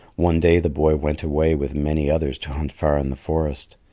one day the boy went away with many others to hunt far in the forest.